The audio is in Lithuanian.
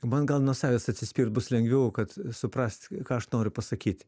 man gal nuo savęs atsispirt bus lengviau kad suprast ką aš noriu pasakyt